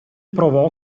provò